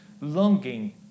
longing